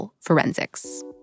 forensics